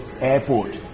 Airport